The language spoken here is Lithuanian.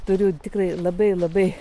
turiu tikrai labai labai